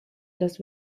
los